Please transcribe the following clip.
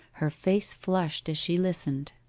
her face flushed as she listened.